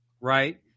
right